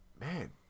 man